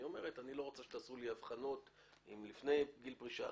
היא אומרת "אני לא רוצה שתעשו לי הבחנות אם לפני גיל פרישה,